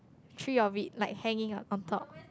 three of it like hanging up on top